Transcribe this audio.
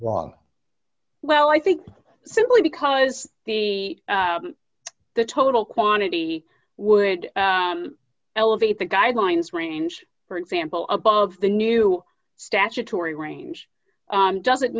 was well i think simply because the the total quantity would elevate the guidelines range for example above the new statutory range doesn't